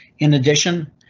in addition,